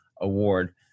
award